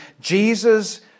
Jesus